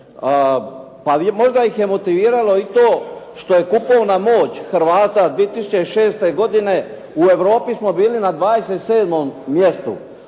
Pa možda ih je motiviralo i to što je kupovna moć Hrvata 2006. godine, u Europi smo bili na 27. mjestu